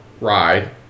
ride